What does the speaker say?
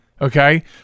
okay